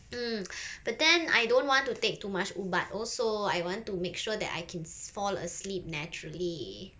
mm but then I don't want to take too much ubat also I want to make sure that I can s~ fall asleep naturally